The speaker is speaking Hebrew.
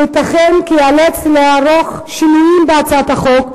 וייתכן שאיאלץ לערוך שינויים בהצעת החוק,